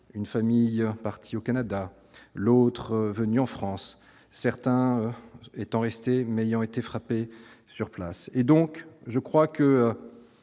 Une famille parti au Canada l'autre venu en France, certains étant resté mais ayant été frappé sur place et donc je crois que